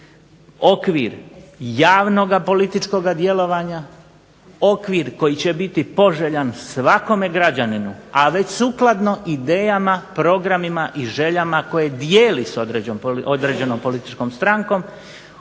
okvir javnoga političkoga djelovanja, okvir koji će biti poželjan svakome građaninu, a već sukladno idejama, programima i željama koje dijeli s određenom političkom strankom,